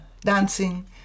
dancing